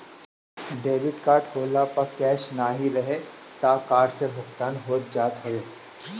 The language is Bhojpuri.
डेबिट कार्ड होखला पअ कैश नाहियो रही तअ कार्ड से भुगतान हो जात हवे